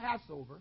Passover